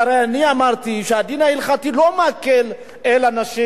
שהרי אני אמרתי שהדין ההלכתי לא מקל עם נשים.